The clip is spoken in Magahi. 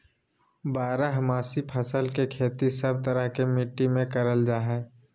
बारहमासी फसल के खेती सब तरह के मिट्टी मे करल जा हय